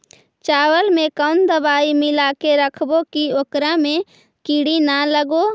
चावल में कोन दबाइ मिला के रखबै कि ओकरा में किड़ी ल लगे?